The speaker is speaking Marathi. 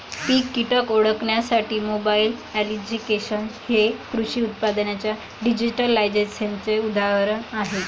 पीक कीटक ओळखण्यासाठी मोबाईल ॲप्लिकेशन्स हे कृषी उत्पादनांच्या डिजिटलायझेशनचे उदाहरण आहे